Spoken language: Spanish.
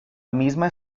misma